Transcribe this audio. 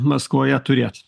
maskvoje turėt